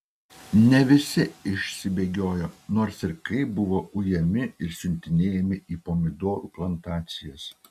ne visi išsibėgiojo nors ir kaip buvo ujami ir siuntinėjami į pomidorų plantacijas